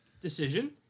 decision